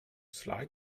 slide